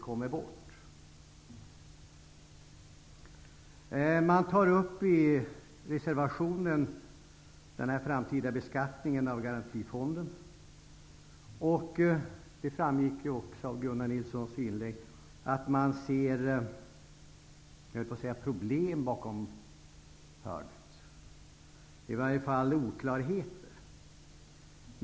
I reservationen tar man upp frågan om den framtida beskattningen av Garantifonden. Som framgick av Gunnar Nilssons inlägg ser man, skulle jag vilja säga, problem bakom hörnet. I varje fall rör det sig om oklarheter.